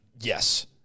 Yes